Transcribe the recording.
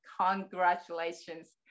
congratulations